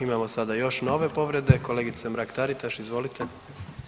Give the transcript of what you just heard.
Imamo sada još nove povrede, kolegice Mrak Taritaš, izvolite.